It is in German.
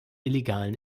illegalen